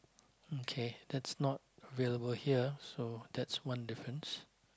okay that's not available here so that's one difference